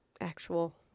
actual